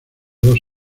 dos